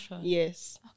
Yes